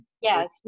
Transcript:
Yes